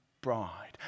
bride